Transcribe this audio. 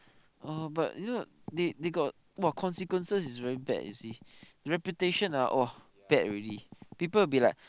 oh but you know they they got !wah! consequences is very bad you see reputation ah !wah! bad already people will be like